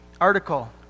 article